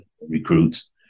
recruits